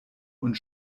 und